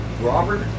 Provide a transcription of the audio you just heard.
Robert